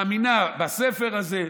מאמינה בספר הזה.